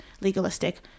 legalistic